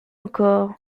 encore